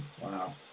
Wow